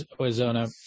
Arizona